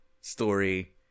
story